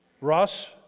Russ